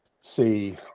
see